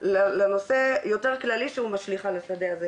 לנושא יותר כללי שהוא משליך על השדה הזה,